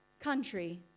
country